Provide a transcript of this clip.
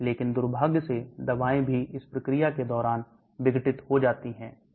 लेकिन दुर्भाग्य से दवाएं भी इस प्रक्रिया के दौरान विघटित हो जाती हैं